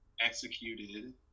executed